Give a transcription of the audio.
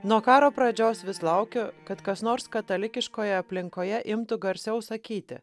nuo karo pradžios vis laukiu kad kas nors katalikiškoje aplinkoje imtų garsiau sakyti